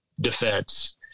defense